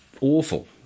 awful